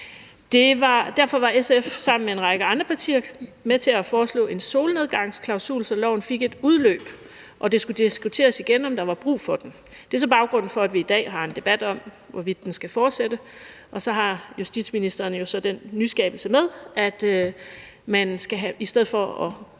Derfor var SF sammen med en række andre partier med til at foreslå en solnedgangsklausul, så loven fik et udløb, og det skulle diskuteres igen, om der var brug for den. Det er baggrunden for, at vi i dag har en debat om, hvorvidt den skal fortsætte, og så har justitsministeren den nyskabelse med, at man i stedet for at